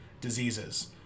diseases